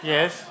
Yes